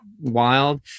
wild